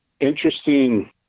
interesting